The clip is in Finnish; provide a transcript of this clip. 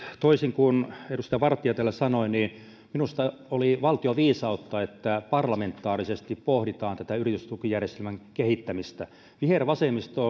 toisin kuin edustaja vartia täällä sanoi minusta on valtioviisautta että parlamentaarisesti pohditaan tätä yritystukijärjestelmän kehittämistä vihervasemmisto